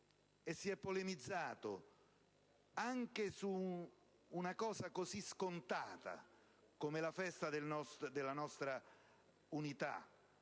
e si è polemizzato anche su una cosa così scontata come la festa della nostra Unità,